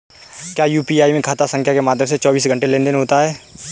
क्या यू.पी.आई में खाता संख्या के माध्यम से चौबीस घंटे लेनदन होता है?